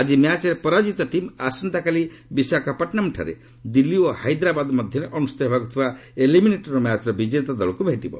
ଆଜି ମ୍ୟାଚ୍ରେ ପରାଜିତ ଟିମ୍ ଆସନ୍ତାକାଲି ବିଶାଖାପଟ୍ଟନ୍ଠାରେ ଦିଲ୍ଲୀ ଓ ହାଇଦ୍ରାବାଦ୍ ମଧ୍ୟରେ ଅନୁଷ୍ଠିତ ହେବାକୁଥିବା ଏଲିମିନେଟର୍ ମ୍ୟାଚ୍ର ବିଜେତା ଦଳକୁ ଭେଟିବ